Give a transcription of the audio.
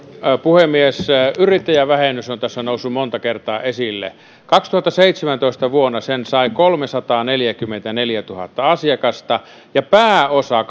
puhemies yrittäjävähennys on tässä noussut monta kertaa esille vuonna kaksituhattaseitsemäntoista sen sai kolmesataaneljäkymmentäneljätuhatta asiakasta ja pääosa